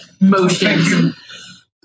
motions